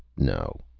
no.